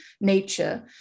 nature